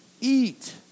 eat